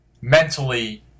mentally